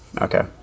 Okay